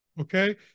okay